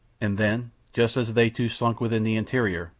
and then, just as they two slunk within the interior,